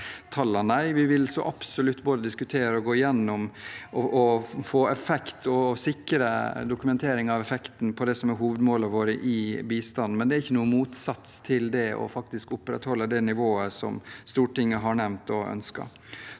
vi vil så absolutt både diskutere og gå gjennom det å få effekt og sikre dokumentering av effekten på det som er hovedmålene våre i bistanden, men det er ikke noen motsats til å opprettholde det nivået Stortinget har nevnt og ønsket.